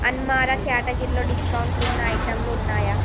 అన్మారా క్యాటగరీలో డిస్కౌంటున్న ఐటెంలు ఉన్నాయా